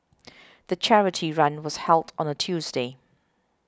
the charity run was held on a Tuesday